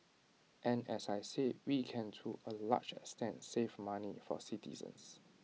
and as I said we can to A large extent save money for citizens